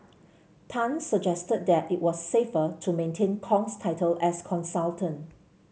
Tan suggested that it was safer to maintain Kong's title as consultant